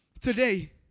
today